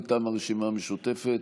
מטעם הרשימה המשותפת,